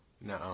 No